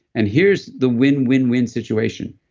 and here's the win-win-win situation.